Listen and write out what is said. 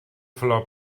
flor